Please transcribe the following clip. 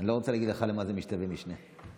אני לא רוצה להגיד לך למה משתווה משנה ברשויות.